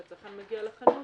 כשהצרכן מגיע לחנות,